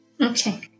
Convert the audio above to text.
Okay